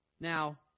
Now